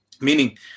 meaning